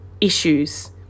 issues